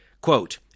quote